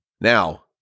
Now